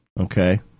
Okay